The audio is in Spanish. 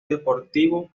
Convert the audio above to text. deportivo